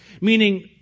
meaning